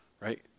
right